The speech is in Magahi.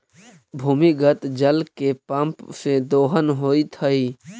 भूमिगत जल के पम्प से दोहन होइत हई